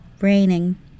raining